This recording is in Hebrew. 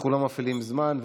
אנחנו לא מפעילים זמן,